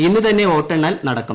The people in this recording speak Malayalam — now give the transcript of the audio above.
ഇന്നുതന്നെ വോട്ടെണ്ണൽ നടക്കും